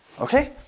Okay